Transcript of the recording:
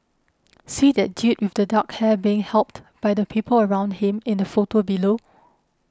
see that dude with the dark hair being helped by the people around him in the photo below